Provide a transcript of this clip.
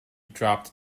dropped